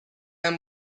him